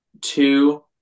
two